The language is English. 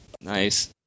Nice